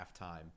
halftime